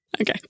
Okay